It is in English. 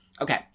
Okay